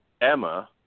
Emma